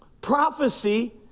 Prophecy